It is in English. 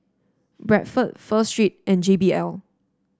Bradford Pho Street and J B L